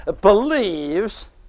believes